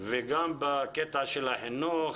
רבות וגם בקטע של החינוך.